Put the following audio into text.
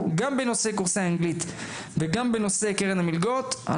גם בנושא קורסי האנגלית וגם בנושאי קרן המלגות,